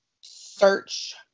search